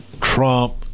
Trump